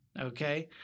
Okay